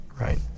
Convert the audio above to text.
right